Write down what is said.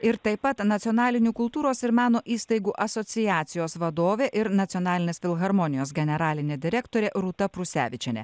ir taip pat nacionalinių kultūros ir meno įstaigų asociacijos vadovė ir nacionalinės filharmonijos generalinė direktorė rūta prusevičienė